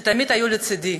שתמיד היו לצדי,